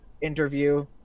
interview